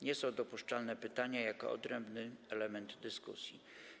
Nie są dopuszczalne pytania jako odrębny element dyskusji.